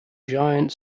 giant